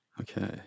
Okay